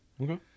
Okay